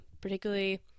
particularly